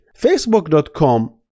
Facebook.com